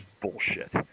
bullshit